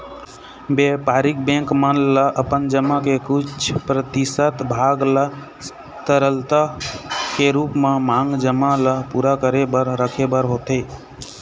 बेपारिक बेंक मन ल अपन जमा के कुछ परतिसत भाग ल तरलता के रुप म मांग जमा ल पुरा करे बर रखे बर होथे